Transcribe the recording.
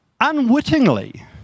unwittingly